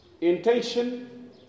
Intention